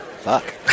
Fuck